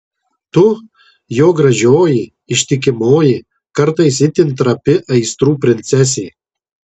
tu jo gražioji ištikimoji kartais itin trapi aistrų princesė